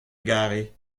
gare